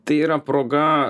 tai yra proga